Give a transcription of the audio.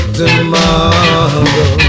tomorrow